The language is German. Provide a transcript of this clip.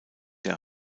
der